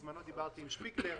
בשעתו דיברתי עם מר שפיגלר,